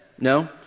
No